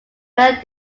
van